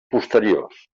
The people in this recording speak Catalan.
posteriors